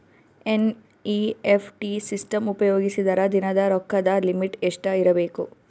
NEFT system ಉಪಯೋಗಿಸಿದರ ದಿನದ ರೊಕ್ಕದ ಲಿಮಿಟ್ ಎಷ್ಟ ಇರಬೇಕು?